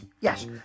Yes